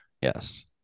Yes